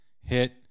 hit